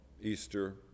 Easter